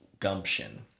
gumption